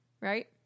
right